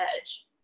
edge